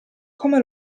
come